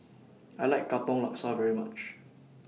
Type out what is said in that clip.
I like Katong Laksa very much